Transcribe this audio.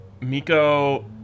Miko